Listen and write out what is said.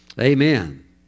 Amen